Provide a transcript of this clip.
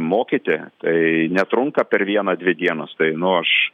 mokyti tai netrunka per vieną dvi dienas tai nu aš